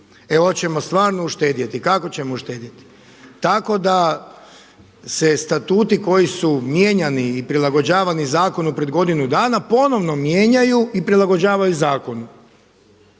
E hoćemo stvarno uštedjeti. Kako ćemo uštedjeti? Tako da se statuti koji su mijenjani i prilagođavani zakonu pred godinu dana ponovno mijenjaju i prilagođavaju zakonu.